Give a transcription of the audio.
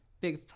big